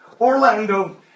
Orlando